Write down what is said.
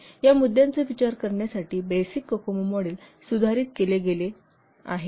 तर या मुद्द्यांचा विचार करण्यासाठी बेसिक कोकोमो मॉडेल सुधारित केले गेले आहे